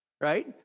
Right